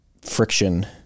Friction